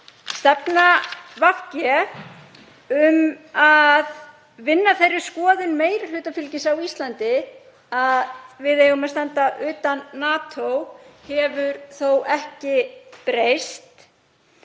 Stefna VG um að vinna að þeirri skoðun meirihlutafylgis á Íslandi að við eigum að standa utan NATO hefur þó ekki breyst.